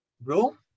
bro